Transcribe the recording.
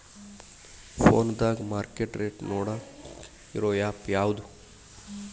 ಫೋನದಾಗ market rate ನೋಡಾಕ್ ಇರು ಆ್ಯಪ್ ಯಾವದು?